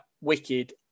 wicked